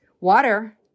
Water